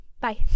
Bye